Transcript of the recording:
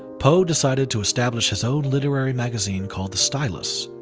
poe decided to establish his own literary magazine called the stylus,